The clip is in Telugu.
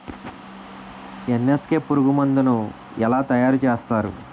ఎన్.ఎస్.కె పురుగు మందు ను ఎలా తయారు చేస్తారు?